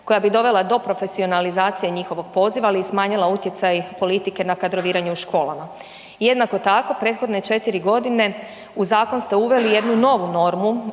koja bi dovela do profesionalizacije njihovog poziva, ali i smanjila utjecaj politike na kadroviranje u školama. Jednako tako prethodne 4.g. u zakon ste uveli jednu novu normu,